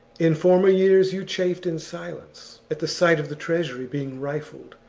in former years you chafed in silence at the sight of the treasury being rifled,